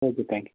okay thank you